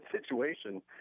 situation